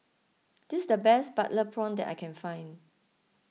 this is the best Butter Prawn that I can find